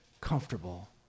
comfortable